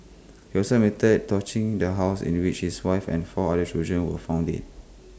he also admitted torching the house in which his wife and four other children were found dead